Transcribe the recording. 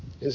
jos